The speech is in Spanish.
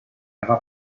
haga